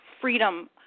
freedom